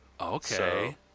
okay